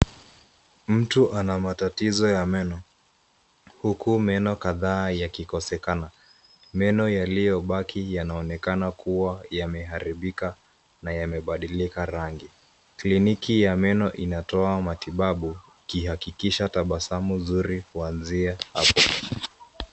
Mtu ana matatizo ya meno, huku meno kadhaa yakikosekana. Meno yaliyobaki yanaonekana kua yameharibika na yamebadilika rangi. Kliniki ya meno inatoa matibabu, ikiakikisha tabasamu nzuri kuanzia hapo.